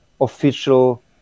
official